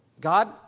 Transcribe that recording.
God